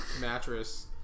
mattress